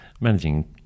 Managing